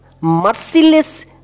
merciless